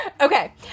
Okay